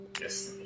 Yes